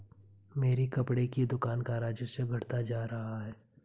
मेरी कपड़े की दुकान का राजस्व घटता जा रहा है